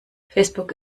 facebook